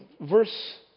verse